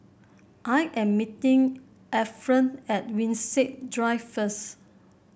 I am meeting Ephram at Winstedt Drive first